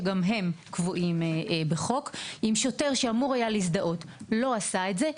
שגם הם קבועים בחוק לא עשה את זה,